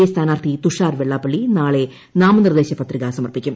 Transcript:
A സ്ഥാനാർത്ഥി തുഷാർ വെള്ളാപ്പള്ളി നാളെ നാമനിർദ്ദേശപത്രിക സമർപ്പിക്കും